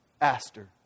Aster